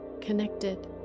connected